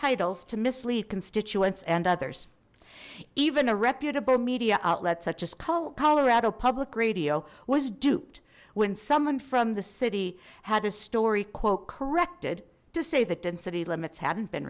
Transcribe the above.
titles to mislead constituents and others even a reputable media outlets such as colorado public radio was duped when someone from the city had a story quote corrected to say that density limits hadn't been